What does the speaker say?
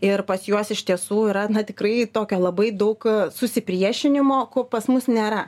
ir pas juos iš tiesų yra tikrai tokio labai daug susipriešinimo ko pas mus nėra